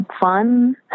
fun